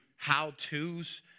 how-tos